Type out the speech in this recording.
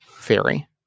theory